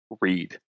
read